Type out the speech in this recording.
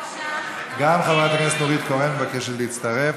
גם חברת הכנסת נורית קורן מבקשת להצטרף.